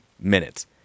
minutes